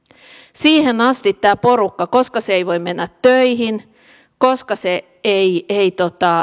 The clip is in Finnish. siihen asti tämän porukan koska se ei voi mennä töihin ja koska se ei ei